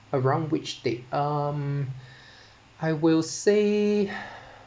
around which date um I will say